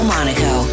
Monaco